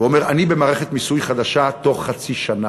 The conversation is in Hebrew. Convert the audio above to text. הוא אומר: אני במערכת מיסוי חדשה בתוך חצי שנה.